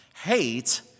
Hate